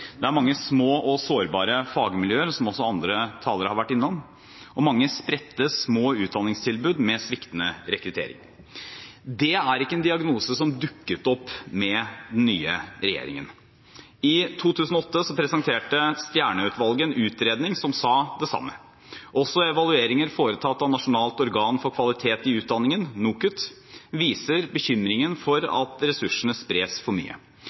Det er mange små og sårbare fagmiljøer, som også andre talere har vært innom, og mange spredte, små utdanningstilbud med sviktende rekruttering. Det er ikke en diagnose som dukket opp med den nye regjeringen. I 2008 presenterte Stjernø-utvalget en utredning som sa det samme. Også evalueringer foretatt av Nasjonalt organ for kvalitet i utdanningen, NOKUT, viser bekymringen for at ressursene spres for mye.